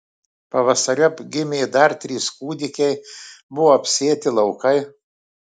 pavasariop gimė dar trys kūdikiai buvo apsėti laukai